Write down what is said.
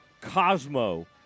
Cosmo